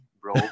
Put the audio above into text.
bro